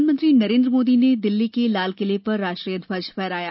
प्रधानमंत्री नरेन्द्र मोदी ने दिल्ली के लालकिले पर राष्ट्रीय ध्वज फहराया